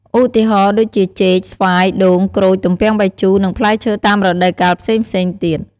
ឧទាហរណ៍ដូចជា ចេក ស្វាយ ដូង ក្រូច ទំពាំងបាយជូរ និងផ្លែឈើតាមរដូវកាលផ្សេងៗទៀត។